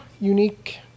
unique